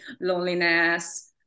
loneliness